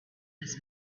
his